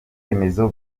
remezo